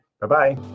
Bye-bye